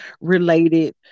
related